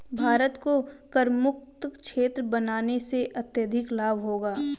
भारत को करमुक्त क्षेत्र बनाने से अत्यधिक लाभ होगा